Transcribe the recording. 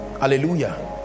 hallelujah